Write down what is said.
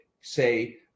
say